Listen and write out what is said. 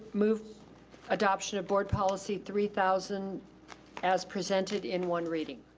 move adoption of board policy three thousand as presented in one reading.